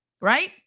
right